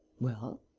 well?